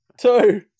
two